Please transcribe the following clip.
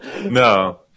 No